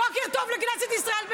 בוקר טוב לכנסת ישראל.